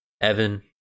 Evan